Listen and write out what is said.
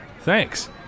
thanks